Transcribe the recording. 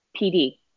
PD